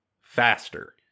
faster